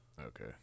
Okay